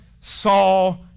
saw